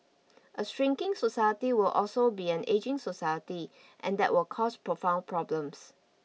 a shrinking society will also be an ageing society and that will cause profound problems